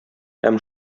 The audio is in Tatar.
һәм